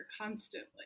constantly